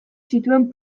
zituen